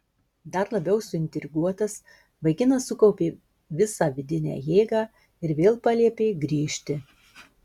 dar labiau suintriguotas vaikinas sukaupė visą vidinę jėgą ir vėl paliepė grįžti